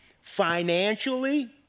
financially